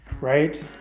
right